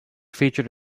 featured